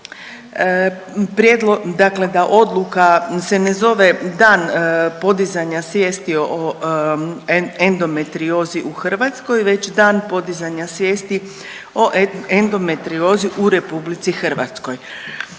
prijedlo…, dakle da odluka se ne zove „Dan podizanja svijesti o endometriozi u Hrvatskoj“ već „Dan podizanja svijesti o endometriozi u RH“. Mi smo